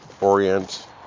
orient